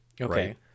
okay